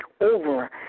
over